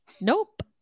Nope